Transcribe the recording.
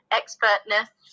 expertness